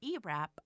ERAP